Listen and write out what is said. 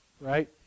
right